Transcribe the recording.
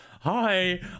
hi